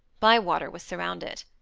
bywater was surrounded.